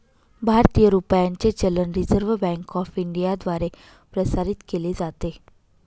भारतीय रुपयाचे चलन रिझर्व्ह बँक ऑफ इंडियाद्वारे प्रसारित केले जाते